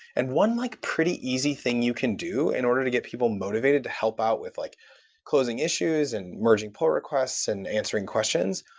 and one like pretty easy thing you can do in order to get people motivated to help out with like closing issue and merging port requests and answering questions,